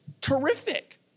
terrific